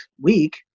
week